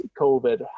COVID